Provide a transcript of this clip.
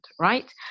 right